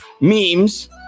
memes